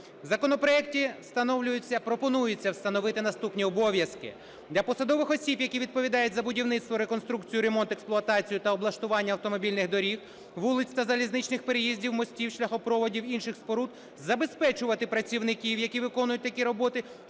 встановлюється… пропонується встановити наступні обов'язки. Для посадових осіб, які відповідають за будівництво, реконструкцію, ремонт, експлуатацію та облаштування автомобільних доріг, вулиць та залізничних переїздів, мостів, шляхопроводів, інших споруд, забезпечувати працівників, які виконують такі роботи,